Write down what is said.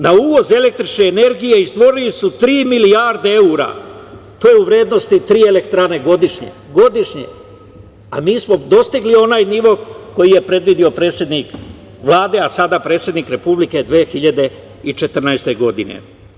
Na uvoz električne energije izdvojili su tri milijarde evra, to je u vrednosti tri elektrane godišnje, a mi smo dostigli onaj nivo koji je predvideo predsednik Vlade, a sada predsednik Republike 2014. godine.